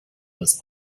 was